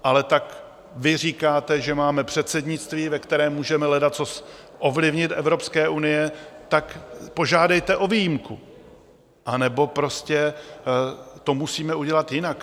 Ale tak vy říkáte, že máme předsednictví, ve kterém můžeme ledacos ovlivnit u Evropské unie, tak požádejte o výjimku, anebo prostě to musíme udělat jinak.